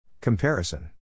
Comparison